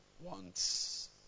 Wants